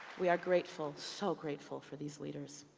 we are grateful, so grateful for these leaders.